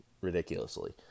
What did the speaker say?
ridiculously